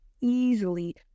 easily